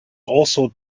also